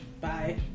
Bye